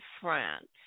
France